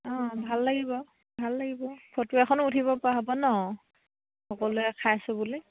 অঁ ভাল লাগিব ভাল লাগিব ফটো এখনো উঠিব পৰা হ'ব ন সকলোৱে খাইছোঁ বুলি